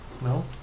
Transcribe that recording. No